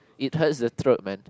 it hurts the throat man